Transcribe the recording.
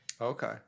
Okay